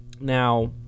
Now